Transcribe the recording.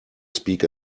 speak